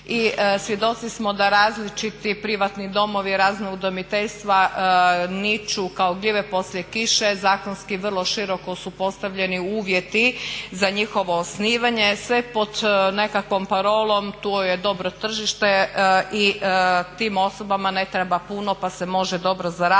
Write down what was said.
i svjedoci smo da različiti privatni domovi, razna udomiteljstva niču kao gljive poslije kiše. Zakonski vrlo široko su postavljeni uvjeti za njihovo osnivanje, sve pod nekakvom parolom tu je dobro tržište i tim osobama ne treba puno pa se može dobro zaraditi